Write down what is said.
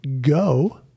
Go